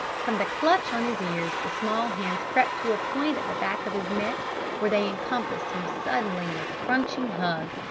from the clutch on his ears the small hands crept to a point at the back of his neck where they encompassed him suddenly in a crunching hug.